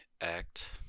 act